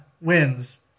wins